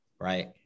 right